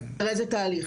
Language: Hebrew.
הרי זה תהליך,